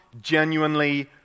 genuinely